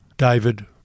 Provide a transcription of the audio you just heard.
David